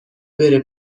بره